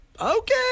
Okay